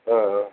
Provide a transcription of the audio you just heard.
ஆ ஆ